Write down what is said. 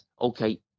okay